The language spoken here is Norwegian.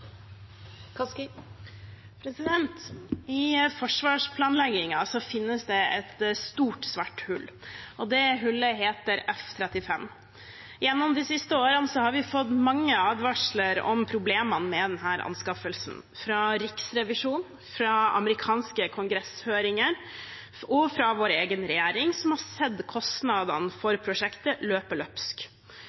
I forsvarsplanleggingen finnes det et stort, svart hull, og det hullet heter F-35. Gjennom de siste årene har vi fått mange advarsler om problemene med denne anskaffelsen – fra Riksrevisjonen, fra amerikanske kongresshøringer og fra vår egen regjering, som har sett kostnadene for prosjektet løpe løpsk.